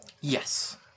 Yes